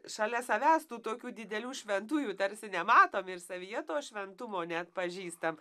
šalia savęs tų tokių didelių šventųjų tarsi nematom ir savyje to šventumo neatpažįstam